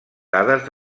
dades